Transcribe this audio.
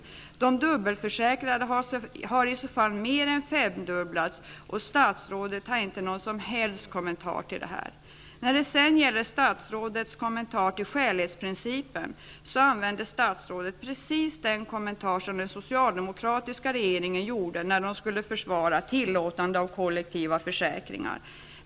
Antalet dubbelförsäkrade har i så fall mer än femdubblats, och statsrådet har inte någon som helst kommentar till detta. När det gäller skälighetsprincipen gjorde statsrådet precis samma kommentar som den socialdemokratiska regeringen använde, när den skulle försvara tillåtande av kollektiva försäkringar.